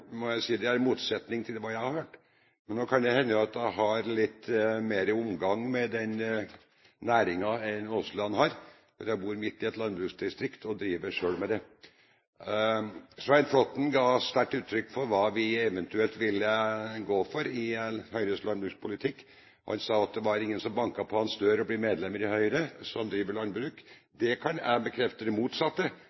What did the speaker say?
må jeg si at det er i motstrid til hva jeg har hørt. Men nå kan det hende at jeg har litt mer omgang med denne næringen enn det Aasland har, for jeg bor midt i et landbruksdistrikt og driver selv med landbruk. Svein Flåtten ga sterkt uttrykk for hva vi i Høyre eventuelt vil gå for i landbrukspolitikken. Han sa at ingen som driver med landbruk, banker på hans dør for å bli medlem av Høyre.